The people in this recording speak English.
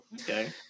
Okay